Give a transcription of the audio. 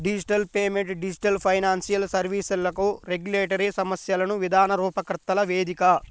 digital payment digital financial సర్వీస్లకు regulatory సమస్యలను విధాన రూపకర్తల వేదిక